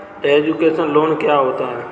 Education loan क्या होता है?